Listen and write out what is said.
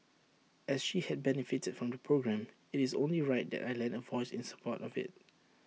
as she had benefited from the programme IT is only right that I lend A voice in support of IT